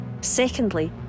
Secondly